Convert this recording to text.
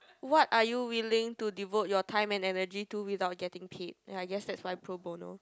what are you willing to devote your time and energy to without getting paid ya I guess that's why pro Bono